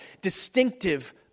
distinctive